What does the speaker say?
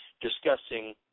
discussing